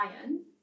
iron